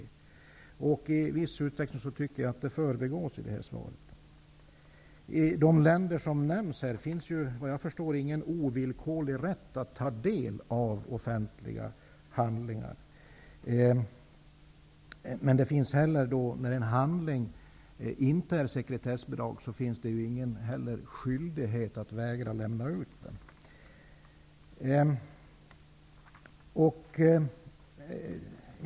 Jag tycker att det i viss utsträckning förbigås i detta svar. I de länder som nämns här finns vad jag förstår ingen ovillkorlig rätt att ta del av offentliga handlingar. Men det finns heller inte, när det är fråga om en handling, någon sekretessbeläggning och ingen skyldighet att vägra lämna ut den.